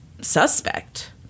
suspect